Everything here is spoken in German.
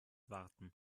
warten